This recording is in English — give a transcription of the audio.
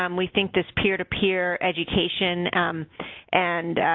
um we think this peer-to-peer education and,